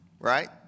Right